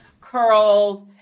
curls